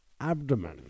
abdomen